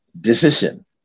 decision